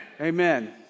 amen